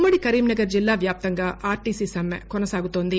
ఉమ్మడి కరీంనగర్ జిల్లా వ్యాప్తంగా ఆర్టీసీ సమ్మే కొనసాగుతోంది